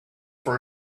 for